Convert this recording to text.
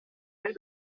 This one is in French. près